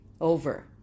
over